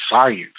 science